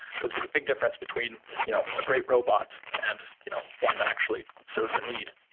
because there's a big difference between you know a great robot and you know one that actually serves a need.